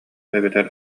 эбэтэр